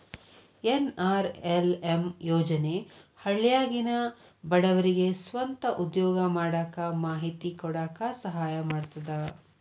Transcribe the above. NRLM ಯೋಜನೆ ಹಳ್ಳ್ಯಾಗಿನ ಬಡವರಿಗೆ ಸ್ವಂತ ಉದ್ಯೋಗಾ ಮಾಡಾಕ ಮಾಹಿತಿ ಕೊಡಾಕ ಸಹಾಯಾ ಮಾಡ್ತದ